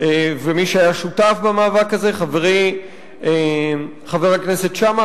ומי שהיה שותף במאבק הזה, חברי חבר הכנסת שאמה.